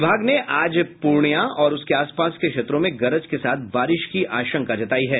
विभाग ने आज पूर्णिया और उसके आसपास के क्षेत्रों में गरज के साथ बारिश की आशंका जतायी है